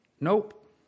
Nope